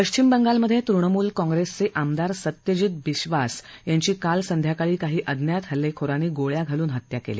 पश्चिम बंगालमध्ये तृणमूल काँग्रेसचे आमदार सत्यजीत बिक्षास यांची काल संध्याकाळी काही अज्ञात हल्लेखोरांनी गोळ्या घालून हत्या केली